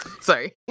Sorry